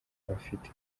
bafite